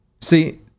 See